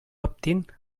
optin